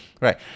Right